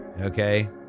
Okay